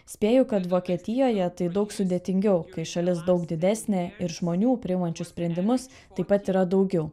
spėju kad vokietijoje tai daug sudėtingiau kai šalis daug didesnė ir žmonių priimančių sprendimus taip pat yra daugiau